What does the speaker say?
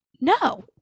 no